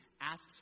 asks